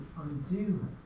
undo